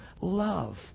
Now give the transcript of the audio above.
Love